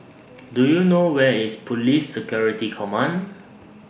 Do YOU know Where IS Police Security Command